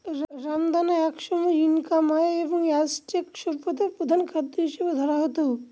রামদানা একসময় Inca, Maya এবং অ্যাজটেক সভ্যতায় প্রধান খাদ্য হিসাবে ধরা হত